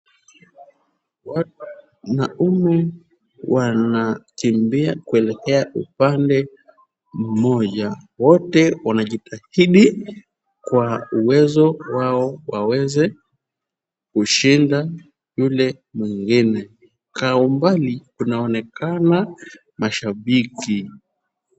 Wanaume wanakimbia kuelekwa upande mmoja. Wote wanajitahidi kwa uwezo wao waweze kushinda yule mwingine. Kwa umbali kunaonekana mashabiki.